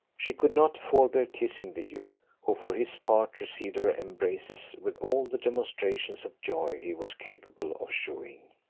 she could not forbear kissing the youth, who, for his part, received her embraces with all the demonstrations of joy he was capable of shewing.